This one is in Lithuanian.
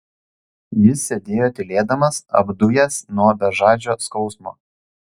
jis sėdėjo tylėdamas apdujęs nuo bežadžio skausmo